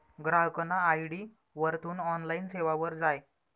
ग्राहकना आय.डी वरथून ऑनलाईन सेवावर जाय